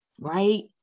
right